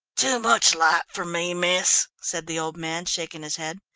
too much light for me, miss, said the old man, shaking his head.